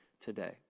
today